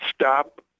stop